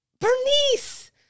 Bernice